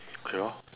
okay lor